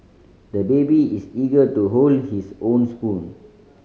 the baby is eager to hold his own spoon